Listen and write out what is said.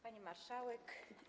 Pani Marszałek!